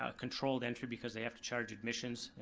ah controlled entry because they have to charge admissions.